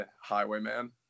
Highwayman